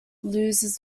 loses